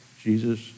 Jesus